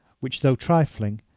which, though trifling,